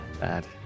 bad